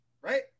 right